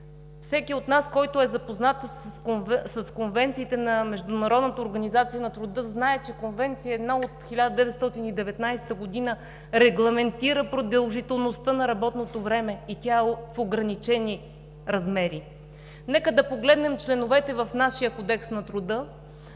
Всеки от нас, който е запознат с конвенциите на Международната организация на труда, знае, че Конвенция № 1 от 1919 г. регламентира продължителността на работното време и тя е в ограничени размери. Нека да погледнем членовете в нашия Кодекс на труда,